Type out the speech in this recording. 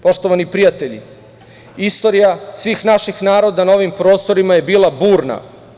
Poštovani prijatelji, istorija svih naših naroda na ovim prostorima je bila burna.